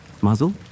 Muzzle